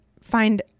find